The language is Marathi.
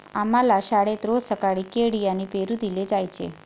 आम्हाला शाळेत रोज सकाळी केळी आणि पेरू दिले जायचे